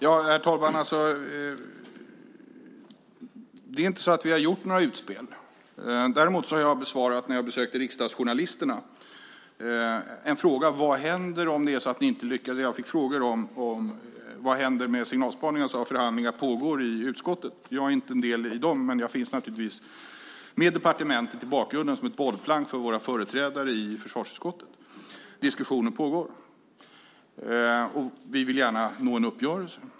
Herr talman! Vi har inte gjort några utspel. Däremot fick jag, när jag besökte riksdagsjournalisterna, frågor om vad som händer med signalspaningen. Jag sade att förhandlingar pågick i utskottet, att jag inte var en del i dem men att jag med departementet i bakgrunden naturligtvis fanns med som ett bollplank för våra företrädare i försvarsutskottet, att diskussionen pågick och att vi gärna ville nå en uppgörelse.